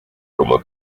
como